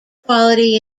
quality